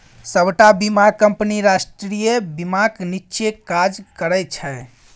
सबटा बीमा कंपनी राष्ट्रीय बीमाक नीच्चेँ काज करय छै